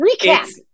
Recap